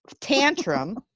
tantrum